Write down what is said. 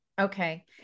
Okay